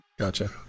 Gotcha